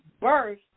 birth